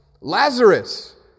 Lazarus